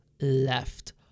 left